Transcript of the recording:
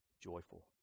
joyful